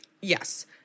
Yes